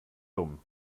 dumm